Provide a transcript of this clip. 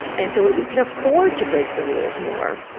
and so it can afford to break the rules more.